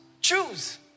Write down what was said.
Choose